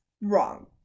wrong